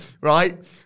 Right